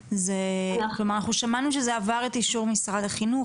אנחנו שמענו שזה עבר את אישור משרד החינוך